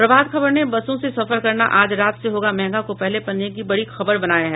प्रभात खबर ने बसों से सफर करना आज रात से होगा महंगा को पहले पन्ने की बड़ी खबर बनाया है